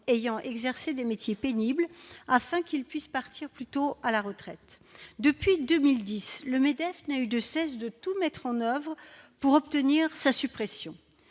ayant exercé des métiers pénibles, afin qu'ils puissent partir plus tôt à la retraite. Depuis 2010, le MEDEF n'a eu de cesse de tout mettre en oeuvre pour obtenir la suppression